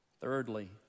Thirdly